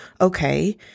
Okay